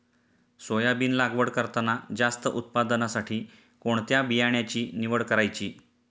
Soybean लागवड करताना जास्त उत्पादनासाठी कोणत्या बियाण्याची निवड करायची?